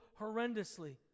horrendously